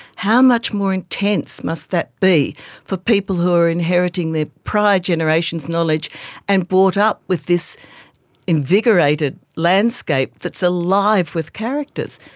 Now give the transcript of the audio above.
how much more intense must that be for people who are inheriting their prior generations' knowledge and brought up with this invigorated landscape that is alive with characters?